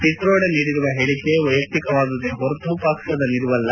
ಪಿತ್ರೋಡಾ ನೀಡಿರುವ ಹೇಳಕೆ ವೈಯಕ್ತಿಕವಾದುದೇ ಹೊರತು ಪಕ್ಷದ ನಿಲುವಲ್ಲ